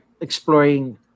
exploring